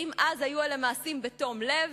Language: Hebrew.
האם אז היו אלה מעשים בתום לב?